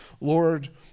Lord